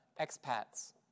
expats